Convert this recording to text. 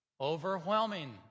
Overwhelming